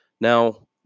Now